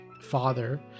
father